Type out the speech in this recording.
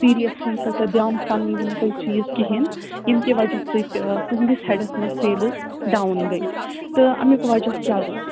seriously تیٛوٗتاہ دیانہٕ سان نِیٖوٕ نہٕ تۄہہِ چیٖز کِہیٖنٛۍ ییٚمہِ کہِ وجہ سۭتۍ تُہٕنٛدِس ہیڈَس منٛز سیلٕز ڈاوُن گٔے تہٕ امیُک وجہ کیٛاہ روٗد